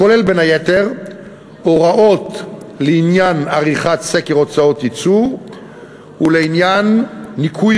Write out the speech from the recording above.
הכולל בין היתר הוראות לעניין עריכת סקר הוצאות הייצור ולעניין ניכוי